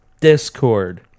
discord